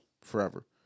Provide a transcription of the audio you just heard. forever